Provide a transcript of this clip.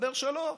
מסתבר שלא.